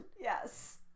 Yes